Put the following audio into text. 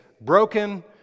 broken